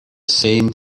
same